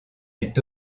est